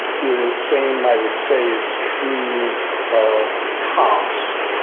the same i would say is true of cops.